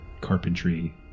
carpentry